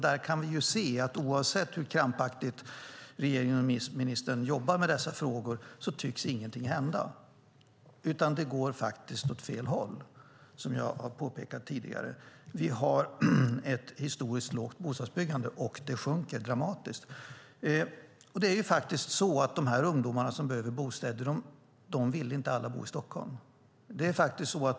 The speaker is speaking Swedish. Där kan vi se att oavsett hur krampaktigt regeringen och ministern jobbar med dessa frågor tycks ingenting hända, utan det går faktiskt åt fel håll, som jag har påpekat tidigare. Vi har ett historiskt lågt bostadsbyggande, och det sjunker dramatiskt. Det är faktiskt så att ungdomarna som behöver bostäder inte alla vill bo i Stockholm.